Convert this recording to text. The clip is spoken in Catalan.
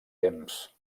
temps